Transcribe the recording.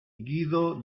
guido